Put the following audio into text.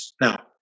Now